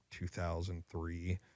2003